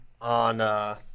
on